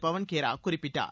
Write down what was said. Pawan Khera குறிப்பிட்டார